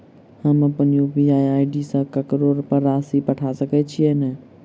हम अप्पन UPI ID सँ ककरो पर राशि पठा सकैत छीयैन?